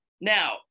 Now